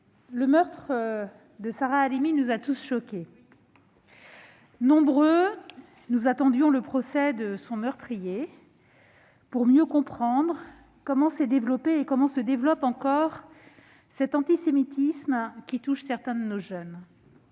le meurtre de Sarah Halimi nous a tous choqués. Nombreux, nous attendions le procès de son meurtrier pour mieux comprendre comment s'est développé et comment se développe encore cet antisémitisme qui touche certains de nos jeunes